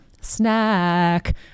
snack